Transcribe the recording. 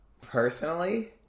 Personally